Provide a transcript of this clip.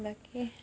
বাকী